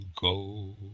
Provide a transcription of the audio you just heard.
go